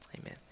Amen